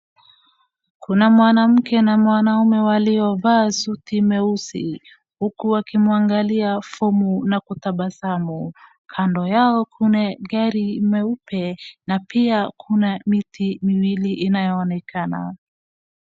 Kuna mwanamke na mwanume waliovaa suti meusi huku wakimwangalia fomu na kutabasamu kando yao kuna gari meupe na pia kuna miti miwili inayoonekana.